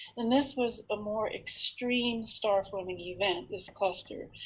and this was a more extreme star forming event, this cluster.